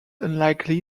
unlikely